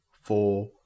four